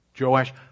Joash